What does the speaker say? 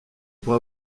pour